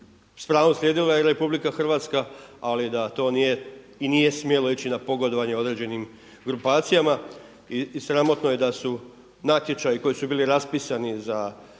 pravom slijedila i RH ali da to nije i nije smjelo ići na pogodovanje određenim grupacijama. I sramotno je da su natječaji koji su bili raspisani za solarne